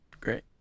Great